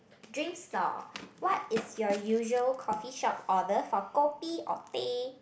drinks store what is your usual coffee shop order for kopi or teh